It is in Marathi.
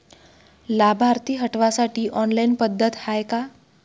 लाभार्थी हटवासाठी ऑनलाईन पद्धत हाय का?